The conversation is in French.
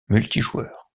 multijoueur